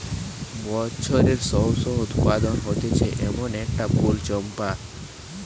বছরের সব সময় উৎপাদন হতিছে এমন একটা ফুল চম্পা